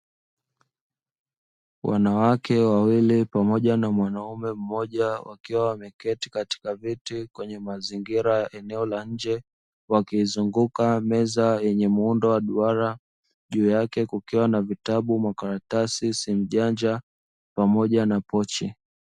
Wanawake wawili pamoja na mwanaume mmoja, wakiwa wameketi katika viti kwenye mazingira ya nje, wakiizunguka meza yenye muundo wa duara, juu yake kukiwa na vitabu, makaratasi, simu janja pamoja na pochi.